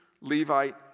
Levite